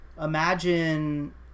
imagine